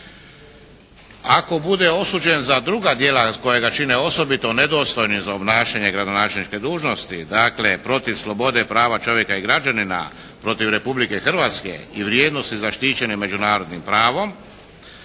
Ako bude osuđen za druga djela koja ga čine osobito nedostojnim za obnašanje gradonačelničke dužnosti dakle protiv slobode prava čovjeka i građanina, protiv Republike Hrvatske i vrijednosti zaštićene međunarodnim pravom